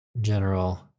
general